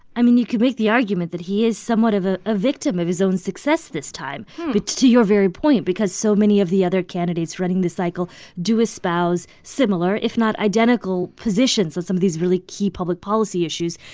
i mean, you could make the argument that he is somewhat a ah ah victim of his own success this time but to your very point because so many of the other candidates running this cycle do espouse similar, if not identical, positions on some of these really key public policy issues.